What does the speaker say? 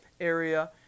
area